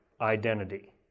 identity